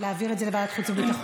להעביר את זה לוועדת החוץ והביטחון?